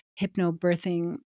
hypnobirthing